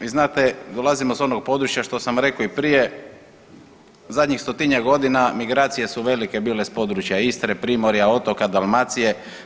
Vi znate dolazimo sa onog područja što sam rekao i prije zadnjih stotinjak godina migracije su velike bile sa područja Istre, primorja, otoka, Dalmacije.